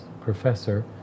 professor